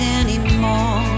anymore